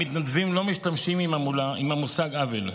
המתנדבים לא משתמשים במושג עוול,